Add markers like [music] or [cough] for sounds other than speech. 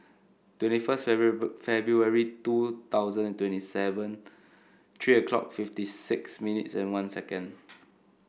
twenty first [unintelligible] February two thousand and twenty seven three o'clock fifty six minutes and one second